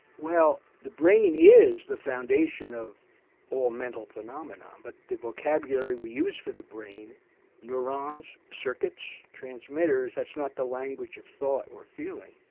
well the brain is the foundation of all mental phenomenon but the vocabulary we use for the brain neurons, circuits, transmitters that's not the language of thought or feeling.